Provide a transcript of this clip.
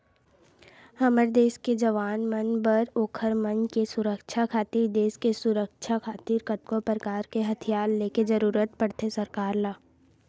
हमर देस के जवान मन बर ओखर मन के सुरक्छा खातिर देस के सुरक्छा खातिर कतको परकार के हथियार ले के जरुरत पड़थे सरकार ल